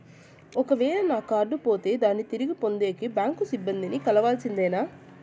ఒక వేల నా కార్డు పోతే దాన్ని తిరిగి పొందేకి, బ్యాంకు సిబ్బంది ని కలవాల్సిందేనా?